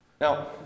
Now